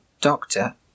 doctor